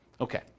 Okay